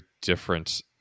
different